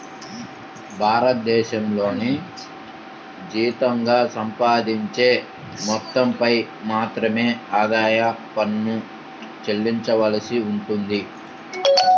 భారతదేశంలో జీతంగా సంపాదించే మొత్తంపై మాత్రమే ఆదాయ పన్ను చెల్లించవలసి ఉంటుంది